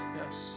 yes